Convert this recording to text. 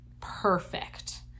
perfect